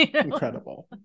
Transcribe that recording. Incredible